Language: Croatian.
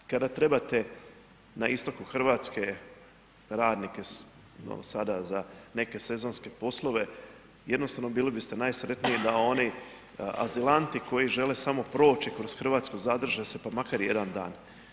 Kada trebate na istoku Hrvatske, radnike imamo sada za neke sezonske poslove jednostavno bili biste najsretniji da oni azilanti koji žele samo proći kroz Hrvatsku zadrže se pa makar jedan dan.